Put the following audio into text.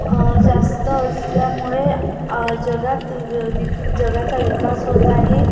जास्त असल्यामुळे जगात विक जगाचा विकास होत आहे